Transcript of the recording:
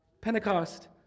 pentecost